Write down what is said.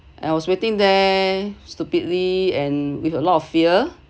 I was waiting there stupidly and with a lot of fear